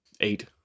eight